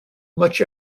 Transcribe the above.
much